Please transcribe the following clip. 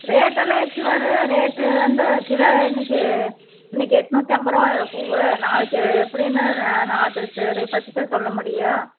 ரேட்டெல்லாம் எச்சி வரும் ரேட்டு வந்து கிலோ இன்னைக்கு இன்னைக்கு எட்நூற்றிம்பதுரூவா பூவு நாளைக்கு எப்படின்னு நாளைக்கு சொல்ல முடியும்